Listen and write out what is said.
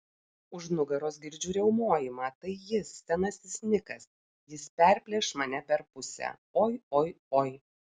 už nugaros girdžiu riaumojimą tai jis senasis nikas jis perplėš mane per pusę oi oi oi